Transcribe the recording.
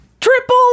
Triple